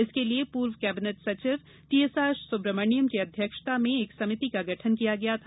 इसके लिए पूर्व कैबिनेट सचिव टीएसआर सुब्रमण्यम की अध्यक्षता में एक समिति का गठन किया गया था